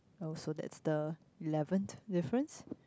oh so that's the eleventh difference